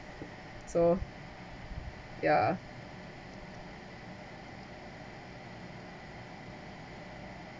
so ya